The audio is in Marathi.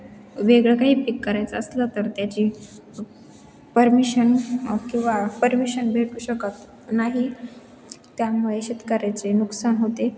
वेगळं काही पीक करायचं असलं तर त्याची परमिशन किंवा परमिशन भेटू शकत नाही त्यामुळे शेतकऱ्याचे नुकसान होते